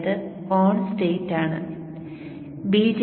അതായതു on state ആണ്